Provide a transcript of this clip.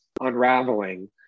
unraveling